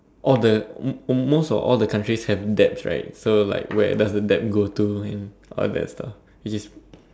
oh the most most or all the countries have debts right so like where does the debt go to and all that stuff which is